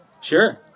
Sure